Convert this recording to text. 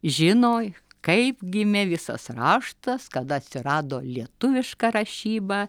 žino kaip gimė visas raštas kada atsirado lietuviška rašyba